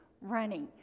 running